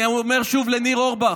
אני אומר שוב לניר אורבך.